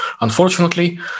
Unfortunately